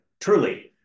truly